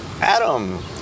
Adam